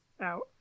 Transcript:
out